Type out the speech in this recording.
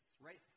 right